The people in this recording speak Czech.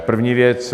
První věc.